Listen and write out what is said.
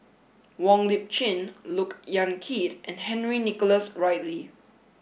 Wong Lip Chin Look Yan Kit and Henry Nicholas Ridley